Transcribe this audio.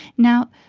now,